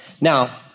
Now